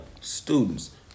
students